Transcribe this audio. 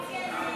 הסתייגות 9 לא